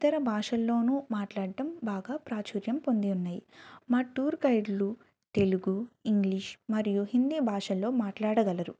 ఇతర భాషల్లోనూ మాట్లాడం బాగా ప్రాచుర్యం పొంది ఉన్నాయి మా టూర్ గైడ్లు తెలుగు ఇంగ్లీష్ మరియు హిందీ భాషల్లో మాట్లాడగలరు